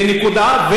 זו הנקודה.